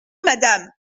madame